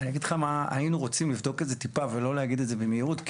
היינו רוצים לבדוק את זה טיפה ולא להגיד את זה במהירות,